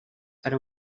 per